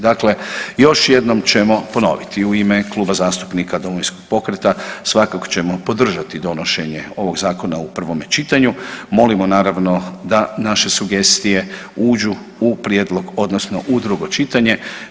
Dakle, još jednom ćemo ponoviti u ime Kluba zastupnika Domovinskog pokreta svakako ćemo podržati donošenje ovog Zakona u prvome čitanju, molimo, naravno da naše sugestije uđu u prijedlog, odnosno u drugo čitanje.